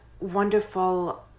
wonderful